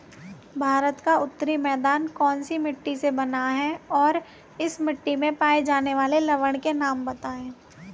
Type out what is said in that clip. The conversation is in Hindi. भारत का उत्तरी मैदान कौनसी मिट्टी से बना है और इस मिट्टी में पाए जाने वाले लवण के नाम बताइए?